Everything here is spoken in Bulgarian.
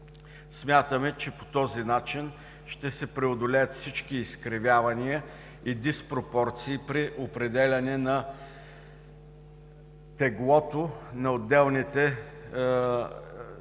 Смятаме че по този начин ще се преодолеят всички изкривявания и диспропорции при определяне на теглото на отделните